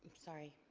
sorry.